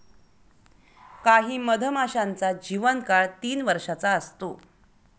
काही मधमाशांचा जीवन काळ तीन वर्षाचा असतो